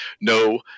No